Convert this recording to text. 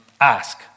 Ask